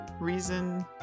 reason